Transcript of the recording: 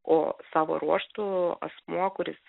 o savo ruožtu asmuo kuris